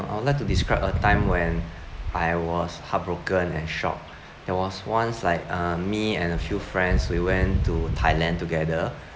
I would like to describe a time when I was heartbroken and shock there was once like uh me and a few friends we went to thailand together